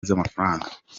z’amafaranga